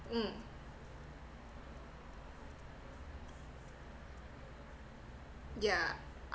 mm yeah